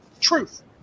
Truth